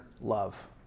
love